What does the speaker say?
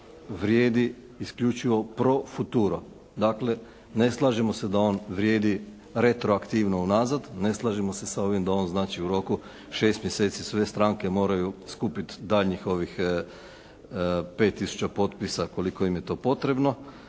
vrijedi isključivo pro futuro. Dakle, ne slažemo se da on vrijedi retroaktivno unazad, ne slažemo se sa ovim da on znači u roku 6 mjeseci sve stranke moraju skupit daljnjih ovih 5 tisuća potpisa koliko im je to potrebno,